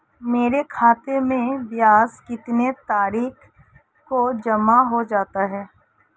मेरे खाते में ब्याज कितनी तारीख को जमा हो जाता है?